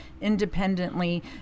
independently